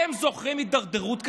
אתם זוכרים הידרדרות כזאת?